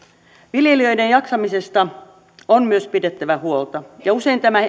viljelijöiden jaksamisesta on myös pidettävä huolta ja usein tämä